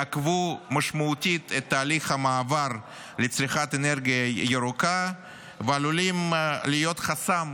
יעכבו משמעותית את תהליך המעבר לצריכת אנרגיה ירוקה ועלולים להיות חסם,